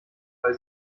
weil